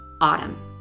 autumn